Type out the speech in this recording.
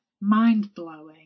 mind-blowing